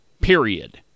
period